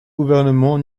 gouvernement